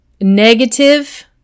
negative